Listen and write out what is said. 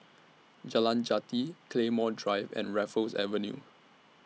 Jalan Jati Claymore Drive and Raffles Avenue